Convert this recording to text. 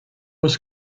was